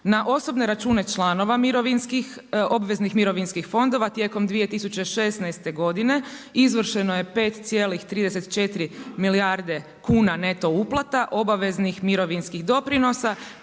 Na osobne račune članova obveznih mirovinskih fondova, tijekom 2016. godine, izvršeno je 5,34 milijarde kuna neto uplata, obaveznih mirovinskih doprinosa,